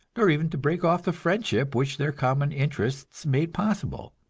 nor even to break off the friendship which their common interests made possible.